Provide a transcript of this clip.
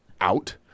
out